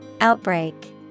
Outbreak